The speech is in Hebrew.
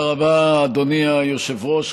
תודה רבה, אדוני היושב-ראש.